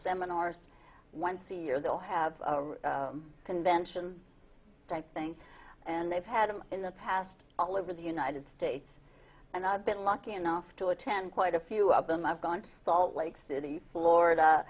seminars one see here they'll have a convention type thing and they've had them in the past all over the united states and i've been lucky enough to attend quite a few of them i've gone salt lake city florida